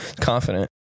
confident